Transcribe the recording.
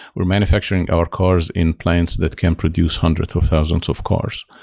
we're manufacturing our cars in plants that can produce hundreds of thousands of cars.